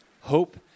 Hope